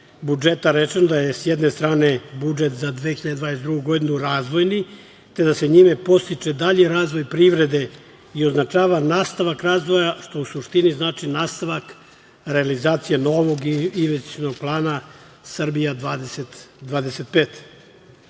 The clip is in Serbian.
budžeta rečeno, da je s jedne strane budžet za 2022. godinu razvojni, kada se njime podstiče dalji razvoj privrede i označava nastavak razvoja, što u suštini znači nastavak realizacije novog investicionog plana „Srbija 2025“.